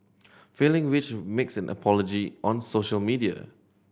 failing which makes an apology on social media